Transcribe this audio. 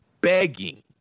begging